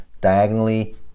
diagonally